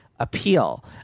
appeal